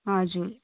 हजुर